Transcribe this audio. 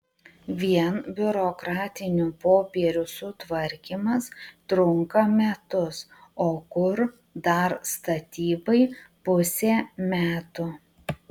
vien biurokratinių popierių sutvarkymas trunka metus o kur dar statybai pusė metų